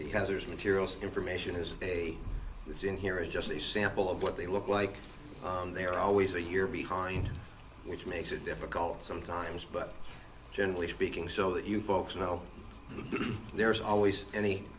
hazardous materials information is a was in here is just a sample of what they look like they're always a year behind which makes it difficult sometimes but generally speaking so that you folks know there's always any